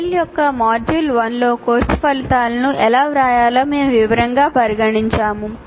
TALE యొక్క module 1 లో course ఫలితాలను ఎలా వ్రాయాలో మేము వివరంగా పరిగణించాము